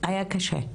היה קשה.